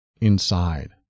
inside